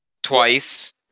Twice